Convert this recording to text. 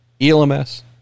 ELMS